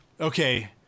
okay